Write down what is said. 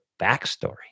backstory